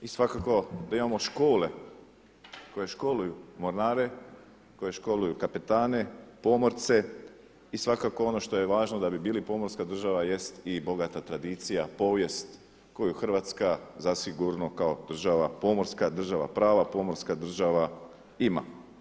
I svakako da imamo škole koje školuju mornare, koje školuju kapetane, pomorce i svakako ono što je važno da bi bili pomorska država jest i bogata tradicija, povijest koju Hrvatska zasigurno kao država, pomorska država, prava pomorska država ima.